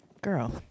Girl